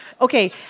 Okay